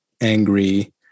angry